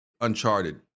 Uncharted